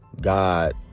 God